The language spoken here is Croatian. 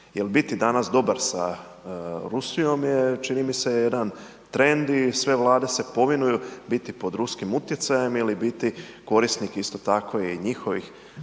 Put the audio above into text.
biti danas dobar sa Rusijom je, čini mi se jedan trend i sve Vlade se povinuju biti pod ruskim utjecajem ili biti korisnik, isto tako i njihovih,